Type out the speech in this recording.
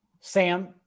Sam